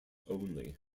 only